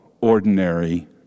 ordinary